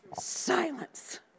silence